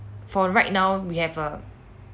for right now we have a